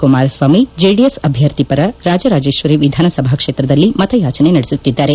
Kumara Swamy JDS ಅಭ್ಯರ್ಥಿ ಪರ ರಾಜರಾಜೇಶ್ವರಿ ವಿಧಾನಸಭಾ ಕ್ಷೇತ್ರದಲ್ಲಿ ಮತಯಾಚನೆ ನಡೆಸುತ್ತಿದ್ದಾರೆ